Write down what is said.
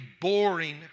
boring